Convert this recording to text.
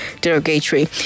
derogatory